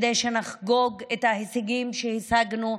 יום שבו נחגוג את ההישגים שהישגנו,